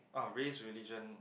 oh race religion